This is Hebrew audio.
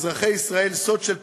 אזרחי ישראל, סוד של פוליטיקאים: